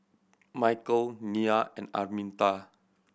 Michale Nyah and Arminta